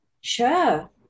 Sure